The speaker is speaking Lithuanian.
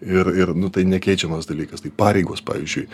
ir ir nu tai nekeičiamas dalykas tai pareigos pavyzdžiui